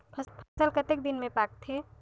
फसल कतेक दिन मे पाकथे?